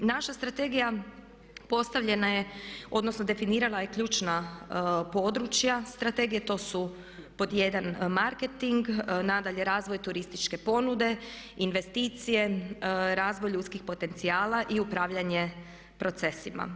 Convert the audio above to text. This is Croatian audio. Naša strategija postavljena je, odnosno definirala je ključna područja strategije, to su pod 1. markenting, nadalje razvoj turističke ponude, investicije, razvoj ljudskih potencijala i upravljanje procesima.